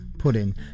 Pudding